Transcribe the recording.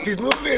אז תנו לי.